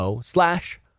slash